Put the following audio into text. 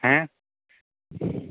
ᱦᱮᱸ